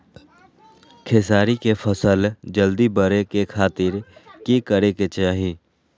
खेसारी के फसल जल्दी बड़े के खातिर की करे के चाही?